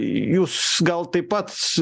jūs gal taip pat